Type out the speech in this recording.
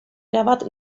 erabat